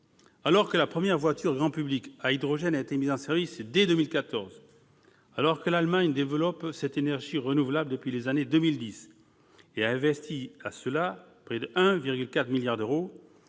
Alors que la première voiture grand public à hydrogène a été mise en service dès 2014, alors que l'Allemagne développe cette énergie renouvelable depuis le début des années 2010 et a investi pour cela près de 1,4 milliard d'euros,